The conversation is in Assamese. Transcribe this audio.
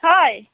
হয়